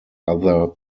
other